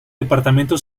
departamento